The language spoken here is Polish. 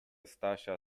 stasia